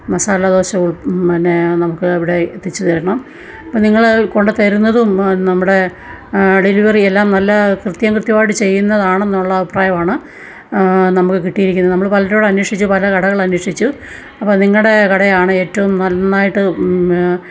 മസാലദോശ ഉൾ മന്നെ നമുക്ക് ഇവിടെ എത്തിച്ചു തരണം അപ്പം നിങ്ങൾ കൊണ്ടു തരുന്നതും നമ്മുടെ ഡെലിവറിയെല്ലാം നല്ല കൃത്യം കൃത്യമായിട്ട് ചെയ്യുന്നതാണെന്നുള്ള അഭിപ്രായമാണ് നമുക്ക് കിട്ടിയിരിക്കുന്നതു നമ്മൾ പലരോടന്വേഷിച്ചു പലകടകളിലന്വേഷിച്ചു അപ്പോൾ നിങ്ങളുടെ കടയാണ് ഏറ്റവും നന്നായിട്ട്